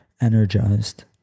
energized